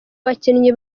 bakinnyi